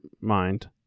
mind